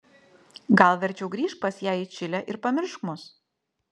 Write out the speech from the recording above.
gal verčiau grįžk pas ją į čilę ir pamiršk mus